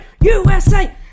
USA